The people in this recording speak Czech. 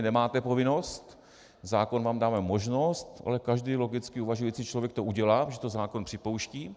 Nemáte povinnost, zákon vám dává možnost, ale každý logicky uvažující člověk to udělá, když to zákon připouští.